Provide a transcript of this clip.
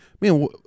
man